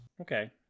Okay